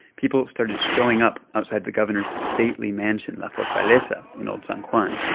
people started showing up outside the governor's stately mansion, la fortaleza in old san juan.